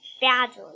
badly